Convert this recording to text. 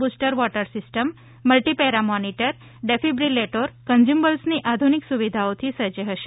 booster water system multi para monitor defibrillator consumables ની આધુનિક સુવિધાઓથી સજ્જ હશે